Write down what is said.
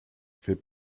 fait